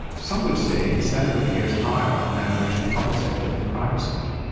some would say the standard of care is higher on average in the public sector than the private sector.